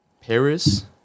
Paris